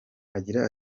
agira